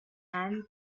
and